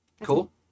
Cool